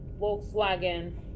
Volkswagen